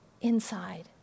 inside